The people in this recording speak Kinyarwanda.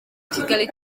kigali